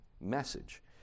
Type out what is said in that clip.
message